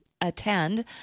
attend